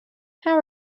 how